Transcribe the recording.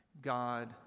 God